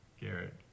Garrett